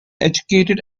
educated